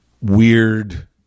weird